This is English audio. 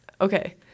Okay